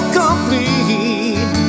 complete